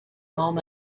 moment